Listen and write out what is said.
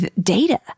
data